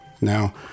Now